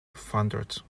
foundered